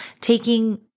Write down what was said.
taking